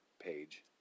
page